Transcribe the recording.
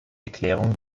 erklärung